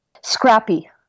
Scrappy